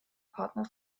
partner